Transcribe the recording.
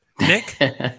Nick